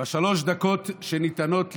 בשלוש הדקות שניתנות לי,